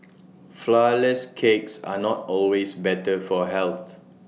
Flourless Cakes are not always better for health